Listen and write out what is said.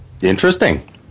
Interesting